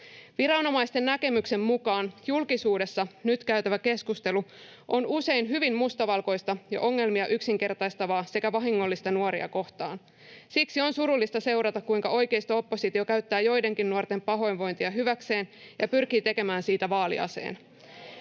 Viranomaisten näkemyksen mukaan julkisuudessa nyt käytävä keskustelu on usein hyvin mustavalkoista ja ongelmia yksinkertaistavaa sekä vahingollista nuoria kohtaan. Siksi on surullista seurata, kuinka oikeisto-oppositio käyttää joidenkin nuorten pahoinvointia hyväkseen ja pyrkii tekemään siitä vaaliaseen.